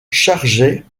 chargeaient